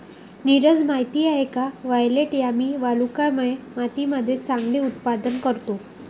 नीरज माहित आहे का वायलेट यामी वालुकामय मातीमध्ये चांगले उत्पादन करतो?